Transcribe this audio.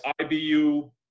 IBU